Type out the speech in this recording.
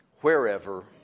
wherever